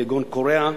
כגון קוריאה,